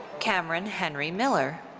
cameron henry miller.